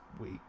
week